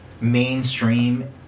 mainstream